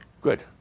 Good